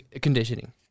conditioning